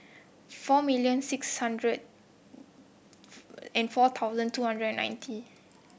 four million six hundred and four thousand two hundred and ninety